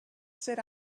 sit